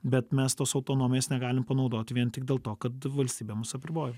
bet mes tos autonomijos negalim panaudoti vien tik dėl to kad valstybė mus apriboja